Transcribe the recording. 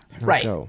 Right